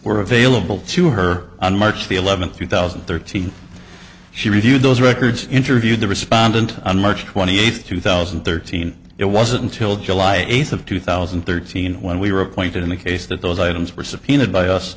were available to her on march the eleventh two thousand and thirteen she reviewed those records interviewed the respondent on march twenty eighth two thousand and thirteen it wasn't until july eighth of two thousand and thirteen when we were appointed in the case that those items were subpoenaed by us